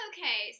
Okay